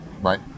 Right